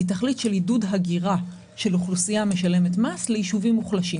היא תכלית של עידוד הגירה של אוכלוסייה משלמת מס לישובים מוחלשים.